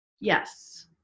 Yes